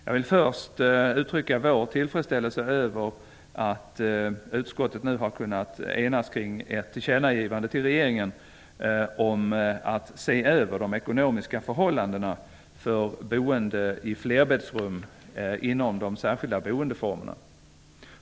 Jag vill först uttrycka vår tillfredsställelse över att utskottet nu har kunnat enas kring ett tillkännagivande till regeringen om att se över de ekonomiska förhållandena för boende i flerbäddsrum inom de särskilda boendeformerna.